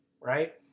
right